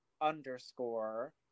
underscore